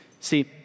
See